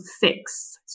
fix